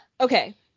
okay